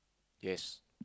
yes